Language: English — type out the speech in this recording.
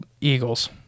eagles